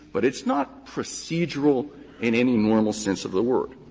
but it's not procedural in any normal sense of the word.